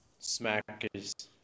Smackers